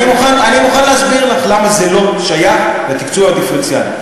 אני מוכן להסביר לך למה זה לא שייך לתקצוב הדיפרנציאלי.